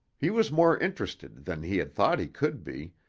he was more interested than he had thought he could be,